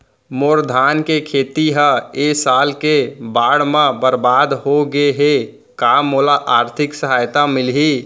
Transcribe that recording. मोर धान के खेती ह ए साल के बाढ़ म बरबाद हो गे हे का मोला आर्थिक सहायता मिलही?